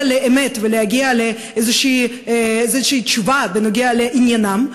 לאמת ולהגיע לאיזושהי תשובה בנוגע לעניינם?